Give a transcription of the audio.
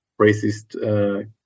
racist